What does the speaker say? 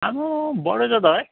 आम्मामाम्म बढेछ त है